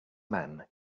man